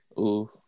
Oof